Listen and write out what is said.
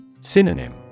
Synonym